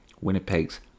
Winnipeg's